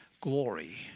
glory